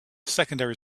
secondary